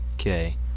Okay